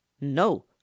no